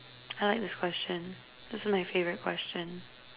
I like this question this is my favorite question